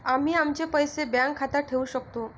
आम्ही आमचे पैसे बँक खात्यात ठेवू शकतो